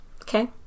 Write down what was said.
Okay